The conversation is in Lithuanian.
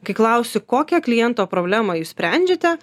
kai klausiu kokią kliento problemą jūs sprendžiate